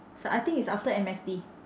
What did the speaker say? s~ I think it's after M_S_T